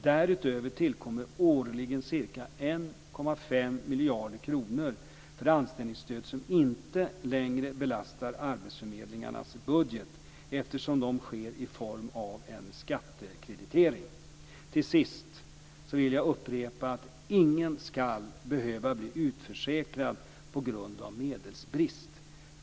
Därutöver tillkommer årligen ca 1,5 miljarder kronor för anställningsstöd som inte längre belastar arbetsförmedlingarnas budget, eftersom det sker i form av en skattekreditering. Till sist vill jag upprepa att ingen ska behöva bli utförsäkrad på grund av medelsbrist.